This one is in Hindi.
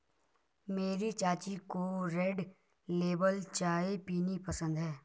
मेरी चाची को रेड लेबल चाय पीना पसंद है